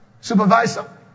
supervisor